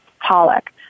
Pollock